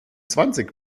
zwanzig